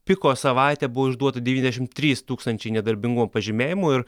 piko savaitę buvo išduota devyniasdešimt trys tūkstančiai nedarbingumo pažymėjimų ir